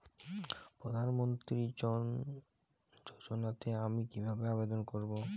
প্রধান মন্ত্রী যোজনাতে আমি কিভাবে আবেদন করবো?